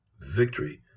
victory